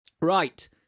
Right